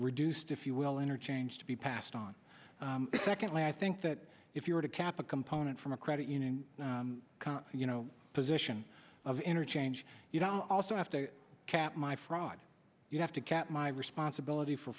reduced if you will interchange to be passed on secondly i think that if you were to cap a component from a credit union you know position of interchange you don't also have to cap my fraud you have to cap my responsibility for